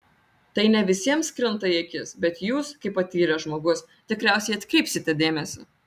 tai ne visiems krinta į akis bet jūs kaip patyręs žmogus tikriausiai atkreipsite dėmesį